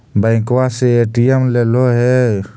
बैंकवा से ए.टी.एम लेलहो है?